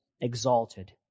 exalted